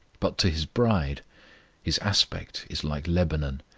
but to his bride his aspect is like lebanon,